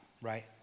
right